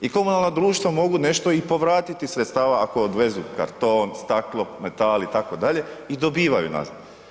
I komunalna društva mogu nešto i povratiti sredstava ako odvezu karton, staklo, metal itd. i dobivaju nazad.